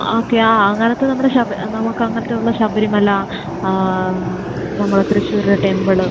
okay ആ അങ്ങനത്തെ നമ്മളെ നമുക്ക് അങ്ങനത്തെ ഉള്ളത് ശബരിമല നമ്മളെ തൃശ്ശൂർ ടെമ്പിള്